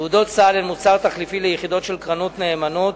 תעודות סל הן מוצר תחליפי ליחידות של קרנות נאמנות,